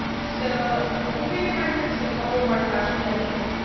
so i think we have time for just a couple more questions.